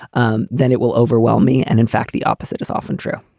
um then it will overwhelm me. and in fact, the opposite is often true